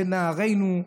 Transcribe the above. בנערינו.